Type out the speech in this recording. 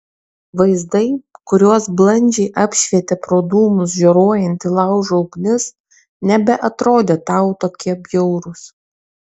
vaizdai kuriuos blandžiai apšvietė pro dūmus žioruojanti laužo ugnis nebeatrodė tau tokie bjaurūs